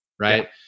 Right